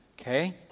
Okay